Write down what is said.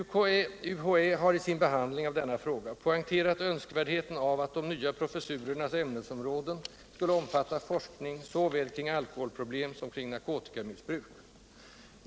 UHÄ har i sin behandling av denna fråga poängterat önskvärdheten av att de nya professurernas ämnesområden skulle omfatta forskning såväl kring alkholproblem som kring narkotikamissbruk.